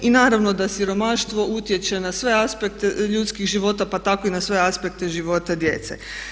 I naravno da siromaštvo utječe na sve aspekte ljudskih života, pa tako i na sve aspekte života djece.